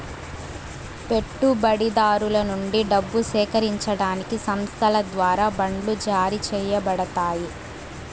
పెట్టుబడిదారుల నుండి డబ్బు సేకరించడానికి సంస్థల ద్వారా బాండ్లు జారీ చేయబడతాయి